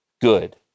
good